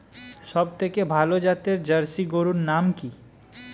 সবথেকে ভালো জাতের জার্সি গরুর নাম কি?